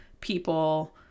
people